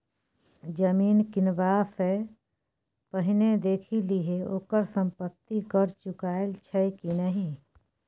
जमीन किनबा सँ पहिने देखि लिहें ओकर संपत्ति कर चुकायल छै कि नहि?